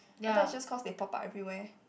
I thought it's just cause they pop up everywhere